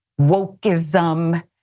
wokeism